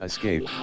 Escape